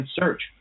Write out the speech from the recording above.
search